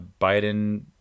Biden